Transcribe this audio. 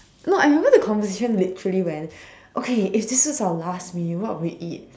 no I remember the conversation literally went okay if this is our last meal what would we eat